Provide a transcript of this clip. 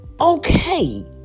okay